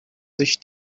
sich